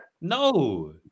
No